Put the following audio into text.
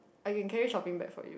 I can carry shopping bag for you